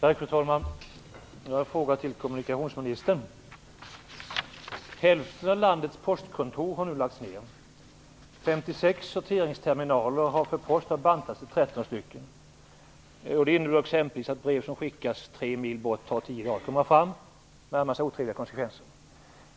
Fru talman! Jag har en fråga till kommunikationsministern. sorteringsterminaler har på kort tid bantats till 13. Det innebär exempelvis att det för brev som skickas tre mil bort tar tio dagar att komma fram, med åtföljande otrevliga konsekvenser.